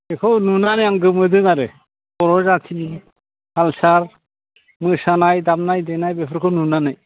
बेखौ नुनानै आं गोमोदों आरो बर' जाथिनि कालसार मोसानाय दामनाय देनाय बेफोरखौ नुनानै